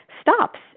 stops